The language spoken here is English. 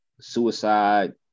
suicide